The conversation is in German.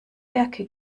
werke